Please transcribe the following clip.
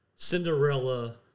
Cinderella